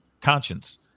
conscience